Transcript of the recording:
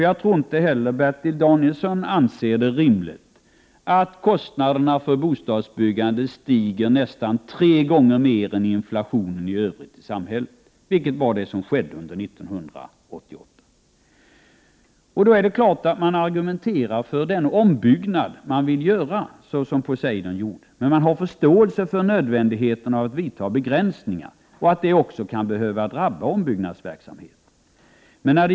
Jag tror inte att Bertil Danielsson heller anser att det är rimligt att kostnaderna för bostadsbyggandet stiger nästan tre gånger mer än inflationen i övrigt i samhället, vilket skedde under 1988. Då är det klart att man argumenterar för den ombyggnad man vill göra, såsom gjordes i fråga om Poseidon. Men man har förståelse för nödvändigheten av att begränsningar sker och att detta kan drabba ombyggnadsverksamheten.